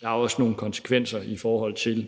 Det har også nogle konsekvenser, i forhold til